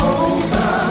over